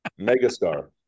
Megastar